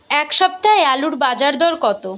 এ সপ্তাহে আলুর বাজার দর কত?